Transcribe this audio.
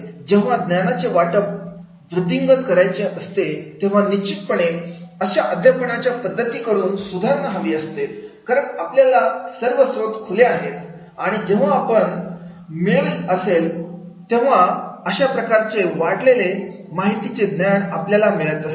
जेव्हा ज्ञानाचे वाटप वृद्धिंगत करायचे असते तेव्हा निश्चितपणे अशा अध्यापनाच्या पद्धती कडून सुधारणा हवी असते कारण आपल्याला सर्व स्त्रोत खुले आहेत आणि जेव्हा आपण मिळवीत असतो तेव्हा अशा प्रकारचे वाटलेले माहिती चे ज्ञान आपल्याला मिळत असते